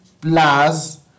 plus